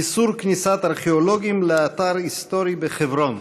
איסור כניסת ארכיאולוגים לאתר היסטורי בחברון.